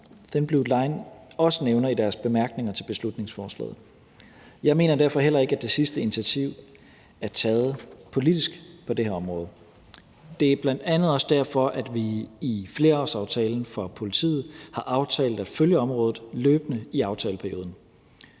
Thin Blue Line også nævner i deres bemærkninger til beslutningsforslaget. Jeg mener derfor heller ikke, at det sidste initiativ er taget rent politisk på det her område. Det er bl.a. også derfor, at vi i flerårsaftalen for politiet har aftalt at følge området løbende i aftaleperioden.